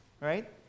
right